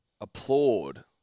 applaud